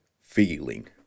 feeling